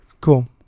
Cool